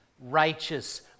righteous